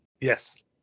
Yes